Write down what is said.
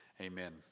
Amen